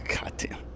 Goddamn